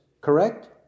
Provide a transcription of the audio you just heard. correct